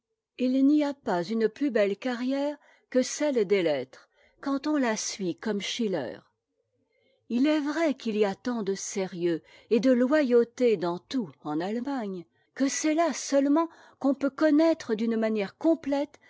il n'y a pas une plus belle carrière que celle des lettres quand on la suit comme schiller il est vrai qu'il y a tant de sérieux et de loyauté dans tout en allemagne que c'est là seulement qu'on peut connaître d'une manière complète